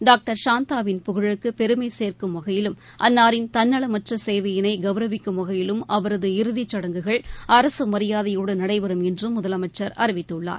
doctor சாந்தாவின் புகழுக்கு பெருமை சேர்க்கும் வகையிலும் அன்னாரின் தன்னலமற்ற சேவையினை கௌரவிக்கும் வகையிலும் அவரது இறதிச்சடங்குகள் அரசு மரியாதையுடன் நடபெறும் என்றும் முதலமைச்சர் அறிவித்துள்ளார்